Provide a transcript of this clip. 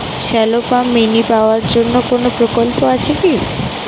Shallow pump mini power জন্য কোনো প্রকল্প আছে কি?